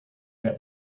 get